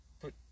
put